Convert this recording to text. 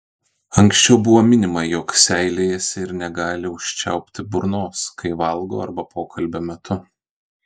anksčiau buvo minima jog seilėjasi ir negali užčiaupti burnos kai valgo arba pokalbio metu